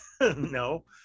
No